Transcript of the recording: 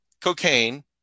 cocaine